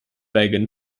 wagon